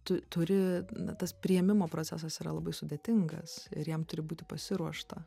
tu turi na tas priėmimo procesas yra labai sudėtingas ir jam turi būti pasiruošta